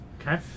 Okay